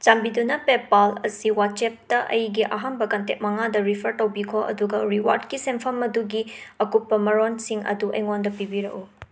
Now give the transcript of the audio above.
ꯆꯥꯟꯕꯤꯗꯨꯅ ꯄꯦꯄꯥꯜ ꯑꯁꯤ ꯋꯥꯆꯦꯞꯇ ꯑꯩꯒꯤ ꯑꯍꯥꯟꯕ ꯀꯟꯇꯦꯛ ꯃꯉꯥꯗ ꯔꯤꯐꯔ ꯇꯧꯕꯤꯈꯣ ꯑꯗꯨꯒ ꯔꯤꯋꯥꯔꯗꯀꯤ ꯁꯦꯟꯐꯝ ꯑꯗꯨꯒꯤ ꯑꯀꯨꯞꯄ ꯃꯥꯔꯣꯟꯁꯤꯡ ꯑꯗꯨ ꯑꯩꯉꯣꯟꯗ ꯄꯤꯕꯤꯔꯛꯎ